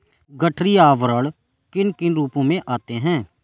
गठरी आवरण किन किन रूपों में आते हैं?